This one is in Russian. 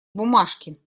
бумажки